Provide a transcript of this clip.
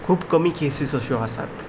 खूब कमी केसीस अश्यो आसात